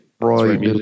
right